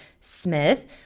Smith